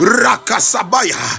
rakasabaya